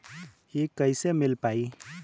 इ कईसे मिल पाई?